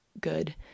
good